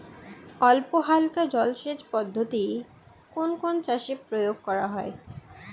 অল্পহালকা জলসেচ পদ্ধতি কোন কোন চাষে প্রয়োগ করা হয়?